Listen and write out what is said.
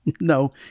no